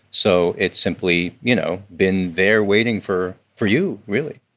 so it's simply, you know, been there waiting for for you, really